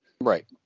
Right